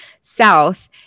South